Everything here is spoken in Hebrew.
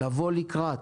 לבוא לקראת,